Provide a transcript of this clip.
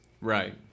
Right